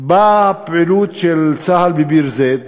באה הפעילות של צה"ל בביר-זית,